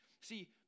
See